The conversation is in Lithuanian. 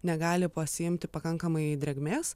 negali pasiimti pakankamai drėgmės